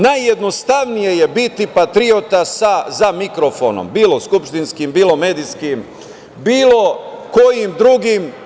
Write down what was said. Najjednostavnije je biti patriota za mikrofonom, bilo skupštinskim, bilo medijskim, bilo kojim drugim.